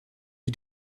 you